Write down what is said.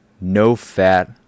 no-fat